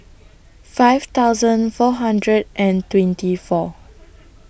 five thousand four hundred and twenty four